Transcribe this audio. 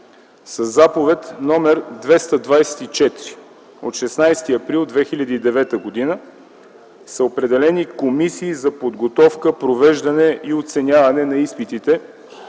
Със Заповед № 224 от 16 април 2009 г. са определени комисии за подготовка, провеждане и оценяване на изпитите